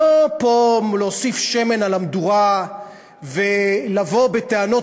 שלא להוסיף שמן על המדורה ולבוא בטענות